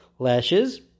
Lashes